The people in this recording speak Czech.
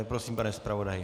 Prosím, pane zpravodaji.